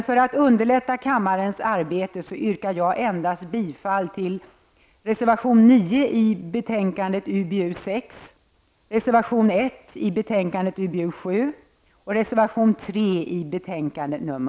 För att underlätta kammarens arbete yrkar jag dock endast bifall till reservation nr 9 i betänkande UbU6, reservation nr 1 i betänkande